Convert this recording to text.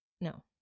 No